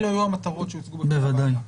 אלה היו המטרות שהוצגו בפני הוועדה.